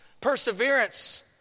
perseverance